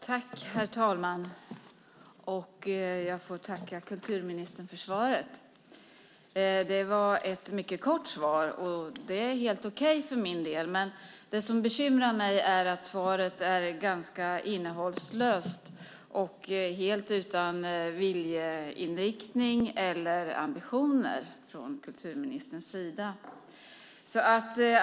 Herr talman! Jag får tacka kulturministern för svaret. Det var ett mycket kort svar, och det är helt okej för min del. Det som bekymrar mig är att svaret är ganska innehållslöst och helt utan viljeinriktning eller ambitioner från kulturministerns sida.